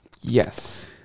yes